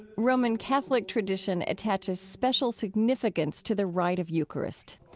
roman catholic tradition attaches special significance to the rite of eucharist.